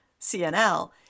CNL